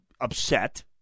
upset